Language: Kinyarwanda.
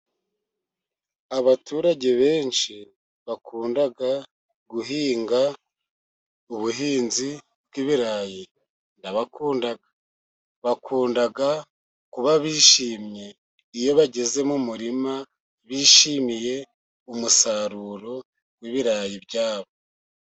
Abaturage benshi bakunda guhinga ubuhinzi bw'ibirayi, ndabakundaga. Bakunda kuba bishimye, iyo bageze mu mirima, bishimiye umusaruro w'ibirayi byabo.